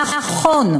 נכון,